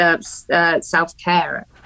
self-care